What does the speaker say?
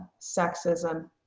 sexism